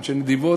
שדרות ונתיבות,